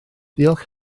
diolch